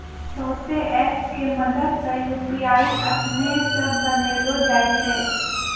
बहुते ऐप के मदद से यू.पी.आई अपनै से बनैलो जाय छै